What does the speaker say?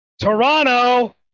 toronto